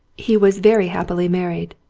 he was very happily married.